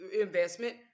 investment